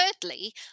Thirdly